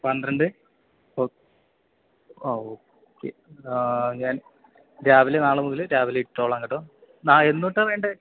പന്ത്രണ്ട് ആ ഓക്കെ ഞാൻ രാവിലെ നാളെ മുതൽ രാവിലെ ഇട്ടോളാം കേട്ടോ എന്നു തൊട്ടാണ് വേണ്ടത്